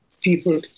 people